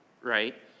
right